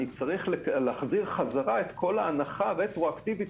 אני צריך להחזיר את כל ההנחה רטרואקטיבית